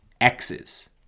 X's